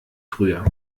früher